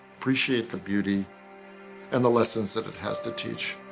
appreciate the beauty and the lessons that it has to teach.